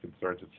concerns